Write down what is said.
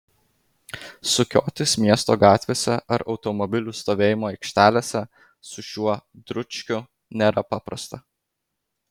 sukiotis miesto gatvėse ar automobilių stovėjimo aikštelėse su šiuo dručkiu nėra paprasta